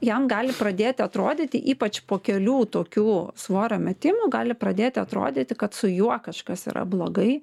jam gali pradėti atrodyti ypač po kelių tokių svorio metimų gali pradėti atrodyti kad su juo kažkas yra blogai